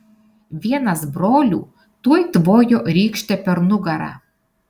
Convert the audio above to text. vienas brolių tuoj tvojo rykšte per nugarą